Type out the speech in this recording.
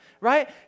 right